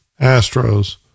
Astros